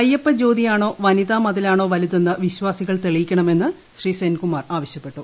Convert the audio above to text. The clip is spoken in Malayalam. അയ്യപ്പജ്യോതിയാണോ വനിതാ മതിലാണോ വലുതെന്ന് വിശ്വാസികൾ തെളിയിക്കണമെന്ന് ശ്രീ സെൻകുമാർ ആവശ്യപ്പെട്ടു